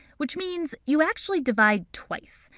which means you actually divide twice.